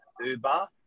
Uber